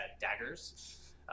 daggers